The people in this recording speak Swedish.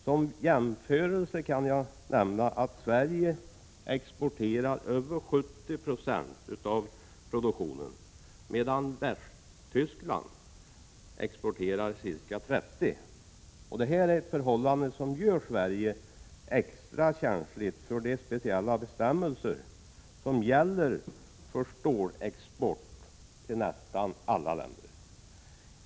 Som jämförelse kan jag nämna att Sverige exporterar över 70 90 av produktionen, medan Västtyskland exporterar ca 30 90. Detta är ett förhållande som gör Sverige extra känsligt för de speciella bestämmelser som gäller för stålexport till nästan alla länder.